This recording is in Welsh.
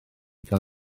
gan